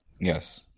Yes